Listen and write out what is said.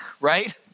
right